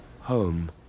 home